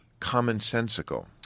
commonsensical